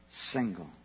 single